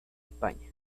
españa